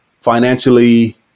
financially